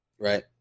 Right